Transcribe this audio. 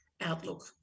outlook